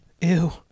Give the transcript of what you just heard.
Ew